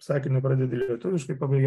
sakinį pradedi lietuviškai pabaigi